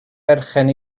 berchen